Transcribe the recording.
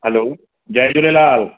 हलो जय झूलेलाल